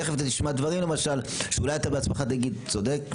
תכף תשמע דברים שאולי בעצמך תגיד: צודק,